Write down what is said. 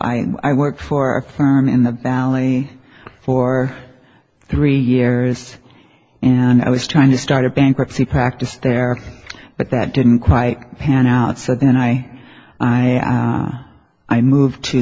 i i worked for a firm in the valley for three years and i was trying to start a bankruptcy practice there but that didn't quite pan out so then i i i moved to